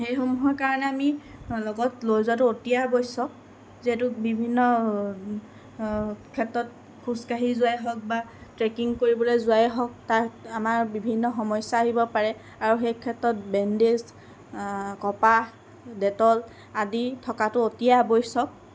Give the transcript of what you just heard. সেইসমূহৰ কাৰণে আমি লগত লৈ যোৱাতো অতি আৱশ্যক যিহেতু বিভিন্ন ক্ষেত্ৰত খোজকাঢ়ি যোৱাই হওক বা ট্ৰেকিং কৰিবলৈ যোৱাই হওক তাত আমাৰ বিভিন্ন সমস্যা আহিব পাৰে আৰু আৰু সেই ক্ষেত্ৰত বেণ্ডেজ কপাহ ডেটল আদি থকাতো অতিয়েই আৱশ্যক